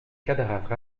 cadavre